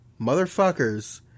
Motherfuckers